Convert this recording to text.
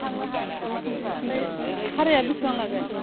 ए ओमफ्राय भाराया बेसेबां लागोन